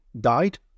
died